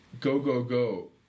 go-go-go